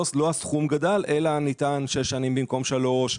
לא הסכום גדל אלא ניתן שש שנים במקום שלוש,